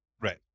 Right